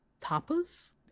Tapas